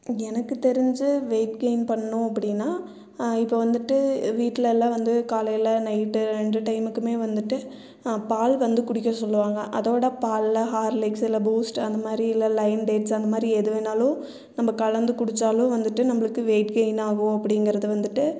எனக்கு தெரிஞ்சு weight gain பண்ணணும் அப்படின்னா இப்போ வந்துவிட்டு வீட்டில் எல்லாம் வந்து காலையில் நைட்டு ரெண்டு டைமுக்குமே வந்துவிட்டு பால் வந்து குடிக்க சொல்வாங்க அதோடு பாலில் ஹார்லிக்ஸ் இல்லை பூஸ்ட் அந்த மாதிரி இல்லை லைன் டேட்ஸ் அந்தமாதிரி எது வேணுனாலும் நம்ம கலந்து குடித்தாலும் வந்துவிட்டு நம்மளுக்கு வெயிட் கெயின் ஆகும் அப்டிங்கிறது வந்துவிட்டு